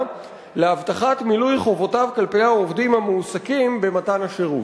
להבטחת מילוי חובותיו כלפי העובדים המועסקים במתן השירות.